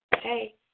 hey